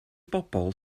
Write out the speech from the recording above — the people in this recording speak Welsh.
bobl